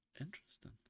Interesting